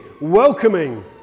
welcoming